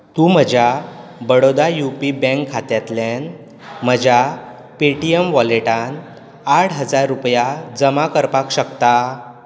तूं म्हज्या Baroda U P bank खात्यांतल्यान म्हज्या पे टी एम वॉलेटांत आठ हजार रुपया जमा करपाक शकता